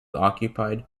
occupied